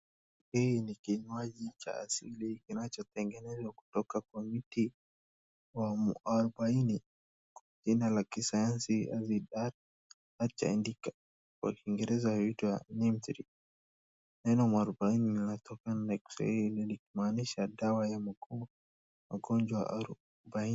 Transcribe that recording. Hii ni kinywaji cha asili kinachotengenezwa kutoka kwa miti wa mwarobaini kwa jina la kisayansi Azadirachta Indica . Kwa Kiingereza huitwa Neem tree . Neno mwarobaini linatokana na neno la Kiarabu likimaanisha dawa ya magonjwa arobaini.